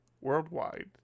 worldwide